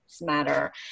Matter